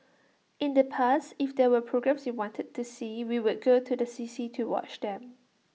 in the past if there were programmes we wanted to see we would go to the C C to watch them